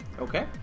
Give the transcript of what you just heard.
Okay